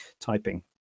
typing